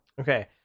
Okay